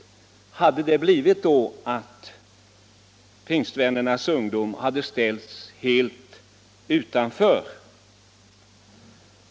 Skulle den ha blivit att pingstvännernas ungdom hade ställts helt utanför?